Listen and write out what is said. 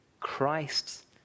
Christ